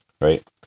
right